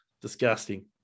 disgusting